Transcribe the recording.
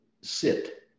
sit